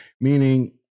meaning